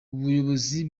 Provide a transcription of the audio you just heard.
ubuyobozi